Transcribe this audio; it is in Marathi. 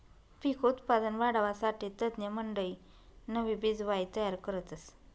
पिक उत्पादन वाढावासाठे तज्ञमंडयी नवी बिजवाई तयार करतस